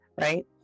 right